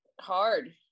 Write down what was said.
hard